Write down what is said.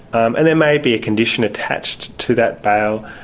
and there may be a condition attached to that bail,